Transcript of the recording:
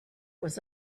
was